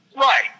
Right